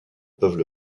peuvent